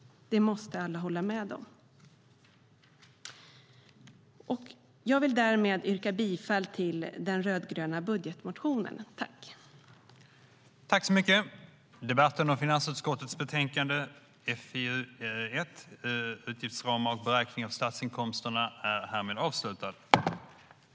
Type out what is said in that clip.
Det måste alla hålla med om. Jag vill därmed yrka bifall till den rödgröna budgetmotionen.